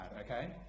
okay